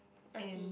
and